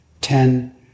ten